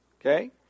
okay